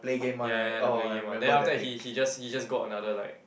ya ya ya the play game one then after that he he just he just got another like